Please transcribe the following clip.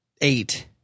eight